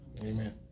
Amen